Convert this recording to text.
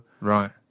right